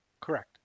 Correct